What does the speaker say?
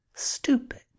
stupid